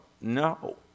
No